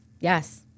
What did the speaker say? Yes